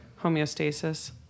homeostasis